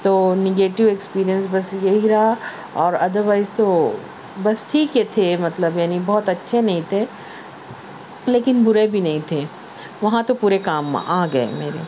تو negative experience بس یہی رہا اور ادروائز تو بس ٹھیک تھے مطلب یعنی بہت اچھے نہیں تھے لیکن برے بھی نہیں تھے وہاں تو پورے کام آ گئے میرے